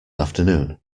afternoon